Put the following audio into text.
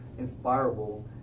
inspirable